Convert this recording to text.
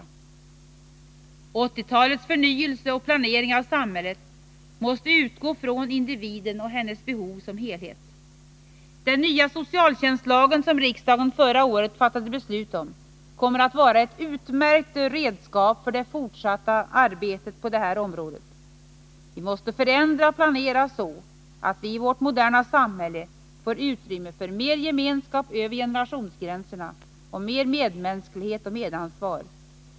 1980-talets förnyelse och planering av samhället måste utgå från individen och dennes behov som en helhet. Den nya socialtjänstlagen, som riksdagen förra året fattade beslut om, kommer att vara ett utmärkt redskap för det fortsatta arbetet på det här området. Vi måste förändra och planera så, att vi i vårt moderna samhälle får utrymme för mer gemenskap över generationsgränserna och mer medmänsklighet och medansvar.